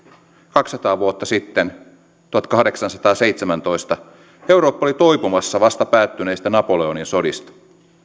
kaksisataa vuotta sitten tuhatkahdeksansataaseitsemäntoista eurooppa oli toipumassa vasta päättyneistä napoleonin sodista